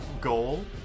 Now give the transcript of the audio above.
goal